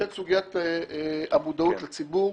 את סוגיית המודעות לציבור.